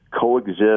coexist